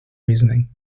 reasoning